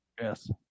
Yes